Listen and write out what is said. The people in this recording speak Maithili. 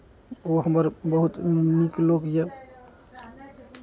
ओ हमर बहुत नीक लोक यए